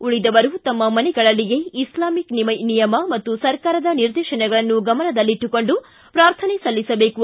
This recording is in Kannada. ಉಳಿದವರು ತಮ್ಮ ಮನೆಗಳಲ್ಲಿಯೇ ಇಸ್ಲಾಮಿಕ್ ನಿಯಮ ಮತ್ತು ಸರ್ಕಾರದ ನಿರ್ದೇಶನಗಳನ್ನು ಗಮನದಲ್ಲಿಟ್ಟುಕೊಂಡು ಪ್ರಾರ್ಥನೆ ಸಲ್ಲಿಸಬೇಕು